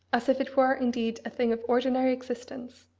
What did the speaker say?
as if it were indeed a thing of ordinary existence,